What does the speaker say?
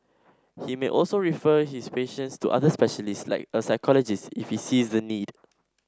he may also refer his patients to other specialists like a psychologist if he sees the need